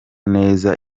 neza